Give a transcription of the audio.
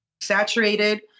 saturated